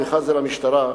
ובכלל זה למשטרה,